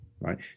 right